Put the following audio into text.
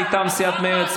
מטעם סיעת מרצ,